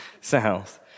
south